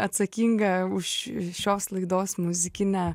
atsakinga už šios laidos muzikinę